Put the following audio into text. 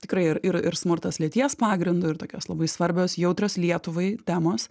tikrai ir ir smurtas lyties pagrindu ir tokios labai svarbios jautrios lietuvai temos